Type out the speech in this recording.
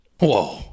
Whoa